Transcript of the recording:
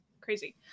crazy